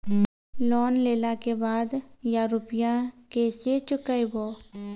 Loan लेला के बाद या रुपिया केसे चुकायाबो?